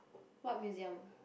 what museum